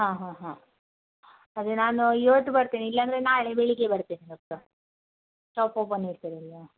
ಹಾಂ ಹಾಂ ಹಾಂ ಅದೆ ನಾನು ಇವತ್ತು ಬರ್ತೇನೆ ಇಲ್ಲ ಅಂದರೆ ನಾಳೆ ಬೆಳಿಗ್ಗೆ ಬರ್ತೇನೆ ಡಾಕ್ಟ್ರ್ ಶಾಪ್ ಓಪನ್ ಇರ್ತದಲ್ವಾ